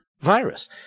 virus